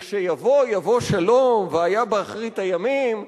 לכשיבוא, יבוא שלום, והיה באחרית הימים.